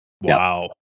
Wow